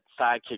sidekick